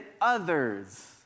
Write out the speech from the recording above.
others